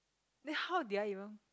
then how did I even